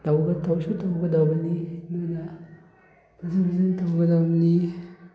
ꯇꯧꯁꯨ ꯇꯧꯒꯗꯧꯕꯅꯤ ꯑꯗꯨꯅ ꯐꯖꯟ ꯐꯖꯟ ꯇꯧꯒꯗꯕꯅꯤ